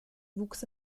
wuchs